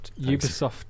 Ubisoft